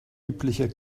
übliche